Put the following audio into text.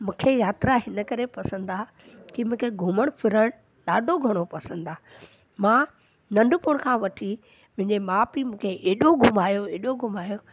मूंखे यात्रा हिन करे पसंदि आहे की मूंखे घुमण फिरण ॾाढो घणो पसंदि आहे मां नंढपणु खां वठी मुंहिंजे माउ पीउ मूंखे एॾो घुमायो एॾो घुमायो